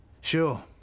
Sure